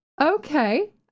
Okay